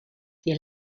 die